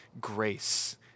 Grace